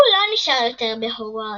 הוא לא נשאר יותר בהוגוורטס.